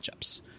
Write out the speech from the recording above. matchups